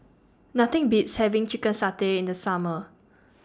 Nothing Beats having Chicken Satay in The Summer